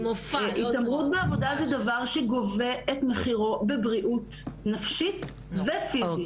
והתעמרות בעבודה היא דבר שגובה את מחירו בבריאות נפשית ופיזית.